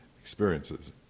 experiences